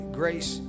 grace